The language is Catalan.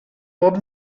pop